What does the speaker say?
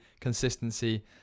consistency